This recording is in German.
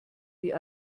wie